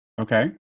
Okay